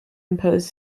impose